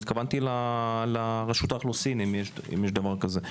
התכוונתי אם יש לרשות האוכלוסין דבר כזה.